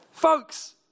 Folks